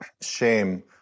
shame